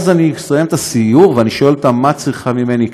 אז אני מסיים את הסיור ואני שואל אותה: מה את צריכה ממני,